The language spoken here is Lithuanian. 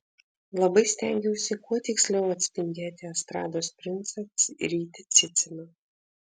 labai stengiausi kuo tiksliau atspindėti estrados princą rytį ciciną